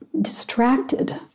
distracted